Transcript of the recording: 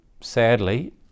sadly